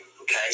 Okay